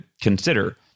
consider